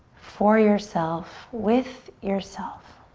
for yourself, with yourself.